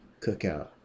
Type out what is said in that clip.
cookout